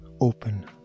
open